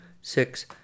six